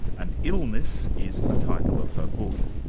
and illness is the title of her book.